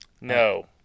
no